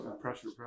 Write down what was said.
pressure